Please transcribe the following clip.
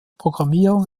programmierung